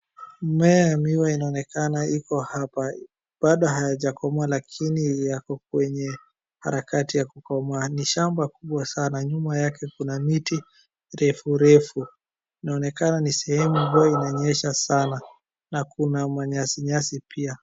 Mmea ya miwa inaonekana iko hapa, bado hayajakomaa lakini yako kwenye harakati ya kukomaa. Ni shamba kubwa sana, nyuma yake kuna miti refu refu, inaonekana ni sehemu mvua inanyesha sana na kuna manyasi nyasi pia.